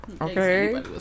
Okay